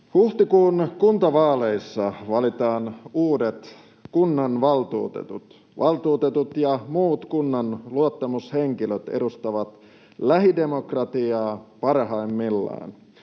Huhtikuun kuntavaaleissa valitaan uudet kunnanvaltuutetut. Valtuutetut ja muut kunnan luottamushenkilöt edustavat lähidemokratiaa parhaimmillaan.